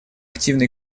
активно